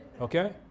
okay